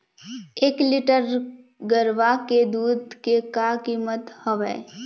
एक लीटर गरवा के दूध के का कीमत हवए?